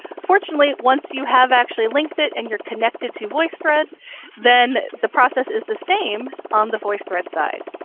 fortunately, once you have actually linked it and you're connected to voicethread, then the process is the same on the voicethread side.